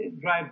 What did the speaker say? drive